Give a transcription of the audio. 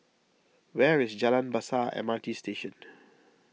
where is Jalan Besar M R T Station